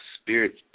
spirit